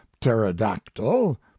pterodactyl